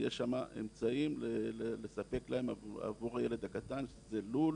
יש שם אמצעים לספק להם עבור הילד הקטן, אם זה לול,